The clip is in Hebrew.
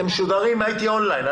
הייתי און-ליין.